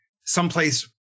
someplace